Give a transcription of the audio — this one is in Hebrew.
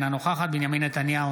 אינה נוכחת בנימין נתניהו,